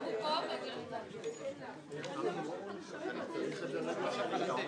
אנחנו רוצים התייעצות סיעתית.